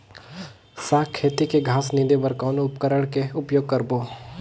साग खेती के घास निंदे बर कौन उपकरण के उपयोग करबो?